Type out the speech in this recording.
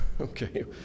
okay